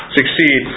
succeed